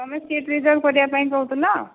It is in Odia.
ତୁମେ ସିଟ୍ ରିଜର୍ଭ କରିବା ପାଇଁ କହୁଥିଲ